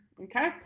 okay